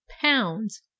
pounds